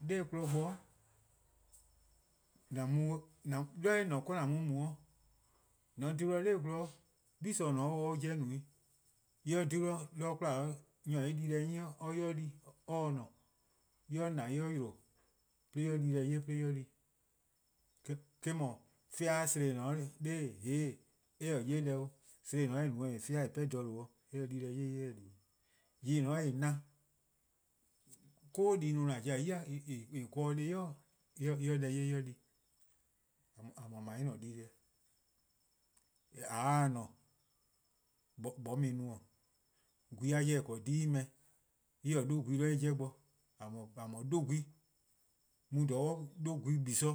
'nor 'kmo bo 'de :dha eh ne-a 'de :an mu mu-:. :mor :on 'dhe 'nor :gwlor, gle se-: eh-' 'jeh no 'i. :mor en :dhe-dih 'de 'kwla nyor :or 'ye-a di-deh 'nyi en 'ye-a 'de or se :ne. :mor en :na en 'yle 'de en 'ye di-deh 'ye en 'ye di. eh 'dhu 'fean'-sehn: eh :ne-a 'o 'deee' 'hee' eh-; 'ye deh 'o, sehn :eh fean-a eh 'pehn-a dih eh-' 'ye deh. :yeh :en :ne-a 'o :en na-a, :eh po-a 'koko'-du 'i:daa :a 'ye-a :en gele-a deh+-' dih en 'ye deh 'ye en 'ye di. :a 'ble en-' dii-deh. :yee' :mor :a se :ne, 'moeh-a mu 'i :no, gwehn-a 'jeh en :korn-a 'dheh+ en 'beh-a en-' 'dhu gwehn 'de en 'jeh bo, :a mor 'dhu gwehn. Mu :dha 'nor 'dhu gwehn gle,